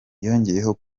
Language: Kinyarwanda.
yongeyeho